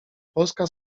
polska